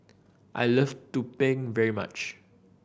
I love tumpeng very much